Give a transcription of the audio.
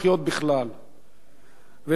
ולכן אנחנו צריכים לעשות כל מאמץ,